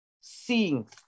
seeing